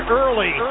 early